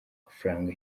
amafaranga